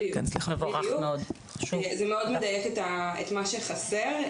בדיוק זה מאוד מדייק את מה שחסר.